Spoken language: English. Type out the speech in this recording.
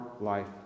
life